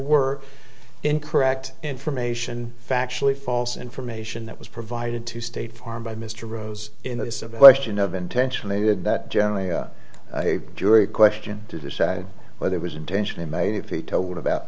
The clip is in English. were incorrect information factually false information that was provided to state farm by mr rose in the case of a question of intentionally did that generally a jury question to decide whether it was intentionally made if he told about